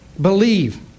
believe